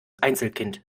einzelkind